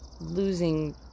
losing